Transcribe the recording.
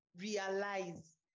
realize